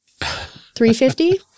350